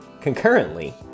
Concurrently